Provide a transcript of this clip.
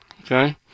Okay